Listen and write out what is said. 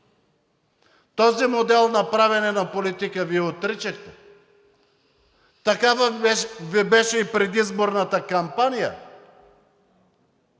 Този модел на правене на политика Вие отричахте. Такава Ви беше и предизборната кампания,